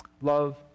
love